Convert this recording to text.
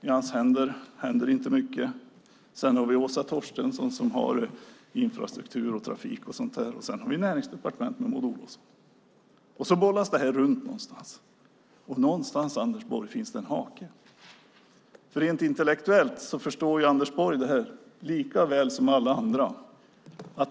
I hans händer händer inte mycket. Sedan har vi Åsa Torstensson, som har infrastruktur, trafik och sådant. Dessutom har vi Näringsdepartementet med Maud Olofsson. Och så bollas detta runt någonstans, och någonstans, Anders Borg, finns en hake. Rent intellektuellt förstår nämligen Anders Borg detta lika väl som alla andra.